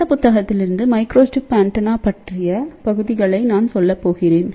இந்த புத்தகத்திலிருந்து microstrip antenna பற்றிய பகுதிகளை நான் சொல்லப் போகிறேன்